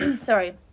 sorry